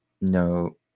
no